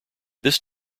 this